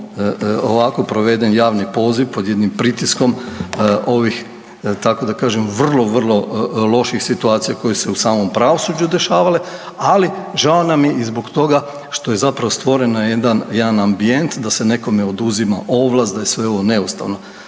ovako proveden javni poziv, pod jednim pritiskom ovih, tako da kažem, vrlo, vrlo loših situacija koje se u samom pravosuđu dešavale, ali žao nam je i zbog toga što je zapravo stvoren jedan ambijent da se nekome oduzima ovlast, da je sve ovo neustavno.